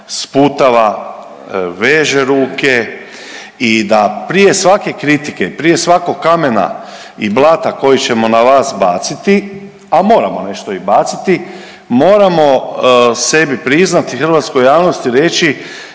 sputava, veže ruke i da prije svake kritike, prije svakog kamena i blata koji ćemo na vas baciti, a moramo nešto i baciti moramo sebi priznati, hrvatskoj javnosti reći